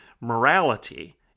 morality